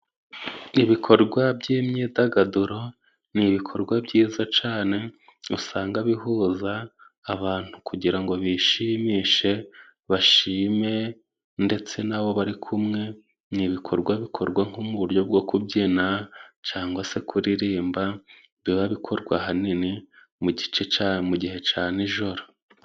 Ibikorwa by'imyidagaduro ni ibikorwa byiza cane, usanga bihuza abantu kugira ngo bishimishe bashime ndetse n'abo bari kumwe n'bikorwa bikorwa mu buryo bwo kubyina cg se kuririmba biba bikorwa ahanini mu gice cyayo mu gihe ca nijoro.